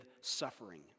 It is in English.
suffering